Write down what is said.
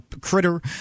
critter